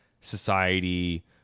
society